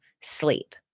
sleep